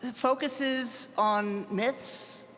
focuses on mitts.